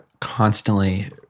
constantly